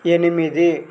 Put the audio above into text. ఎనిమిది